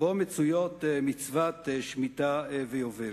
מצויות מצוות שמיטה ויובל.